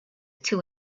two